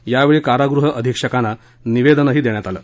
यावेळी कारागृह अधिक्षकांना निवेदनही देण्यात आलं